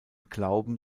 glauben